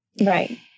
Right